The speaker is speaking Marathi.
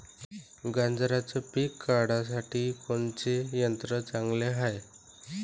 गांजराचं पिके काढासाठी कोनचे यंत्र चांगले हाय?